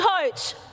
coach